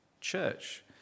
church